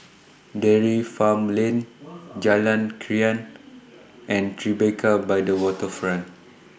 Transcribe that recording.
Dairy Farm Lane Jalan Krian and Tribeca By The Waterfront